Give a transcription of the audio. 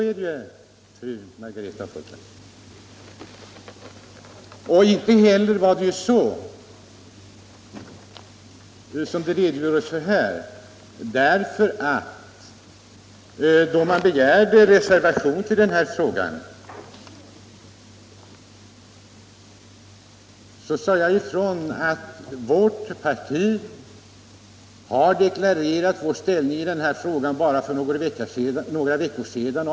Inte heller förhöll det sig så som det redogjordes för här. Då det av fru Margaretha af Ugglas begärdes en reservation till den här frågan sade jag ifrån att vårt parti bara för några veckor sedan deklarerat sin ställning, då vårt förslag avslogs i riksdagen.